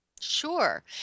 Sure